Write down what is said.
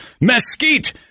mesquite